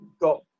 got